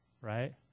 right